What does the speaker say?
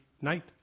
night